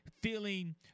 feeling